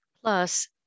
plus